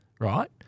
right